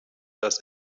dass